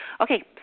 Okay